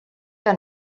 que